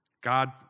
God